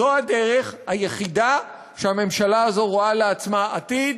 זו הדרך היחידה שהממשלה הזו רואה לעצמה עתיד,